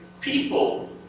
people